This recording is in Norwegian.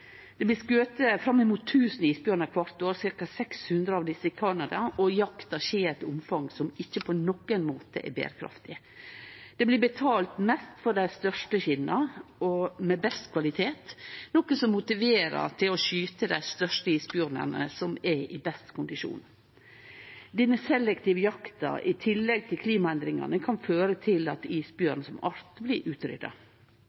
Det blir skote opp mot 1 000 isbjørnar kvart år. Cirka 600 av desse i Canada, og jakta skjer i eit omfang som ikkje på nokon måte er berekraftig. Det blir betalt mest for dei største skinna med best kvalitet, noko som motiverer til å skyte dei største isbjørnane som er i best kondisjon. Denne selektive jakta, i tillegg til klimaendringane, kan føre til at